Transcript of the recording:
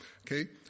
Okay